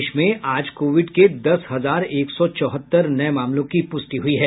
प्रदेश में आज कोविड के दस हजार एक सौ चौहत्तर नये मामलों की पुष्टि हुई है